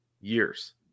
years